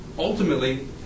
ultimately